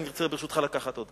אני רוצה, ברשותך, לקחת.